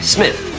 Smith